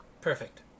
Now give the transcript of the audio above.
Perfect